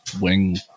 wing